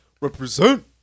Represent